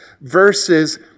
verses